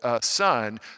son